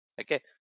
Okay